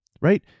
Right